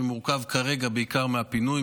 שמורכב כרגע בעיקר מהפינוי,